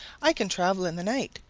i can travel in the night,